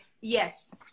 yes